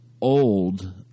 old